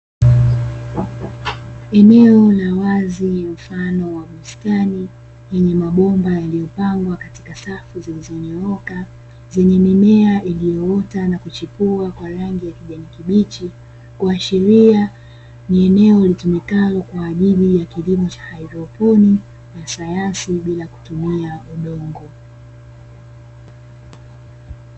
Eneo la wazi mfano wa bustani yanye mabomba yaliyopangwa katika safu zilizonyooka zenye mimea iliyoota na kuchipua kwa rangi ya kijani kibichi, kuashiria ni eneo litumikalo kwa ajili ya kilimo cha haidroponi na sayansi bila kutumia udongo.